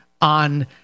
on